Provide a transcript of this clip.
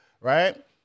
right